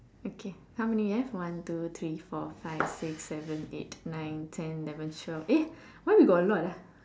okay how many left one two three four five six seven eight nine ten eleven twelve eh why we got a lot ah